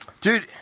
Dude